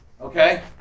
Okay